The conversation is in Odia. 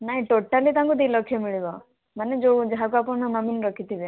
ନାଇଁ ଟୋଟାଲୀ ତାଙ୍କୁ ଦୁଇ ଲକ୍ଷ ମିଳିବ ମାନେ ଯେଉଁ ଯାହାକୁ ଆପଣ ନୋମିନୀ ରଖିଥିବେ